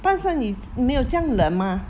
半山你没有这样冷 mah